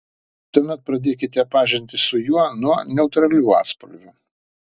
tuomet pradėkite pažintį su juo nuo neutralių atspalvių